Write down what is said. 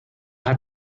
hat